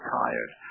tired